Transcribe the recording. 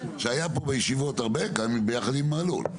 שהיה פה בישיבות הרבה כאן ביחד עם מלול.